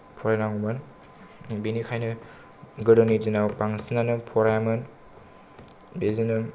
फरायनांगौमोन बेनिखायनो गोदोनि दिनाव बांसिनानो फरायामोन बिदिनो